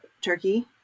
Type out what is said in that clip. turkey